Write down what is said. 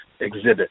exhibit